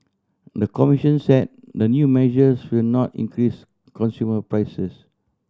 the commission said the new measures will not increase consumer prices